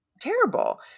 Terrible